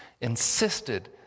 insisted